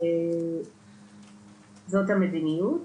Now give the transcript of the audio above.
זאת המדיניות.